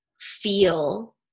feel